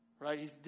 Right